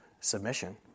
submission